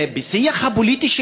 בשיח הפוליטי,